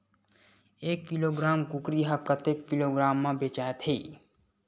एक किलोग्राम कुकरी ह कतेक किलोग्राम म बेचाथे?